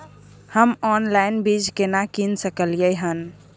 हम ऑनलाइन बीज केना कीन सकलियै हन?